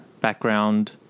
background